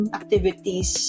activities